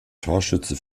torschütze